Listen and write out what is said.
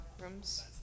rooms